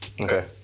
Okay